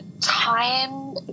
Time